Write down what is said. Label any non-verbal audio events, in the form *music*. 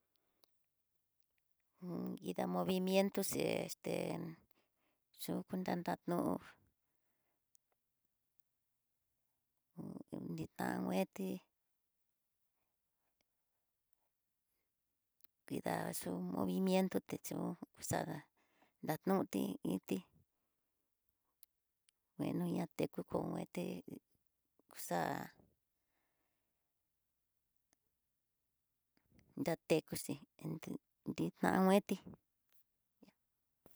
*hesitation* nida movimiento xhe este xhuyú dandano, hú ditá kueti, nida xu movimiento té chú chada dañoti, iti ngueno ña tuku ku meté xa, datekuxé entinta nguetí.